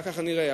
כך היה נראה.